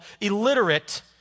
illiterate